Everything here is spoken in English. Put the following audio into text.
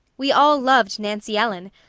we all loved nancy ellen.